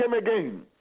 again